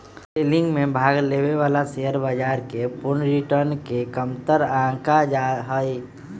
selling में भाग लेवे वाला शेयर बाजार के पूर्ण रिटर्न के कमतर आंका जा हई